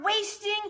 wasting